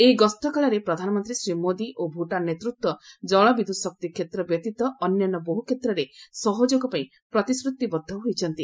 ଏହି ଗସ୍ତକାଳରେ ପ୍ରଧାନମନ୍ତ୍ରୀ ଶ୍ରୀ ମୋଦି ଓ ଭୁଟାନ୍ ନେତୃତ୍ୱ କଳବିଦ୍ୟୁତ୍ ଶକ୍ତି କ୍ଷେତ୍ର ବ୍ୟତୀତ ଅନ୍ୟାନ୍ୟ ବହୁ କ୍ଷେତ୍ରରେ ସହଯୋଗ ପାଇଁ ପ୍ରତିଶ୍ରତିବଦ୍ଧ ହୋଇଛନ୍ତି